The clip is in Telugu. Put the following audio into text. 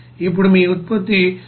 ఇప్పుడు మీ ఉత్పత్తి 99